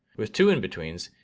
with two in-betweens,